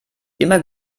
immer